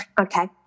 Okay